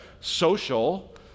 social